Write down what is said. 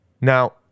Now